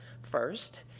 first